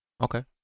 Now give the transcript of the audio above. Okay